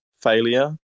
failure